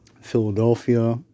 Philadelphia